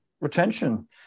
retention